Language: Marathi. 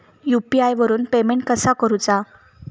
यू.पी.आय वरून पेमेंट कसा करूचा?